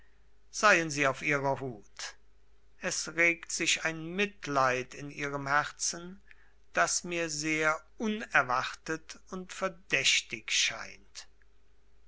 seien sie auf ihrer hut es regt sich ein mitleid in ihrem herzen das mir sehr unerwartet und verdächtig scheint